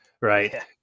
right